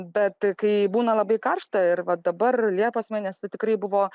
bet kai būna labai karšta ir va dabar liepos mėnesį tikrai buvo